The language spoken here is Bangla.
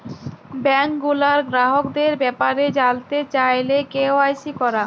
ব্যাংক গুলার গ্রাহকদের ব্যাপারে জালতে চাইলে কে.ওয়াই.সি ক্যরা